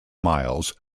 miles